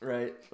Right